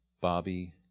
Bobby